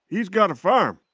he's got a farm